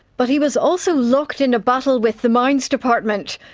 but he was also locked in a battle with the mines department,